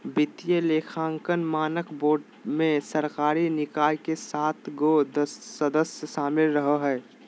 वित्तीय लेखांकन मानक बोर्ड मे सरकारी निकाय के सात गो सदस्य शामिल रहो हय